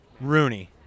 Rooney